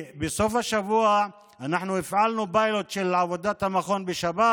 בסוף השבוע אנחנו הפעלנו פיילוט של עבודת המכון בשבת,